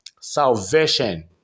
salvation